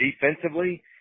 defensively